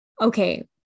okay